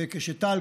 וטל,